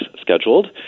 scheduled